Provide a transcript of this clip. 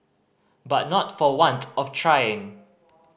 but not for want of trying